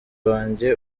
wanjye